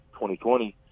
2020